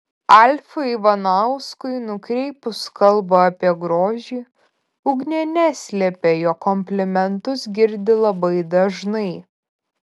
alfui ivanauskui nukreipus kalbą apie grožį ugnė neslėpė jog komplimentus girdi labai dažnai